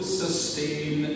sustain